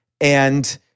and-